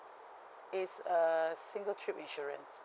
is a single trip insurance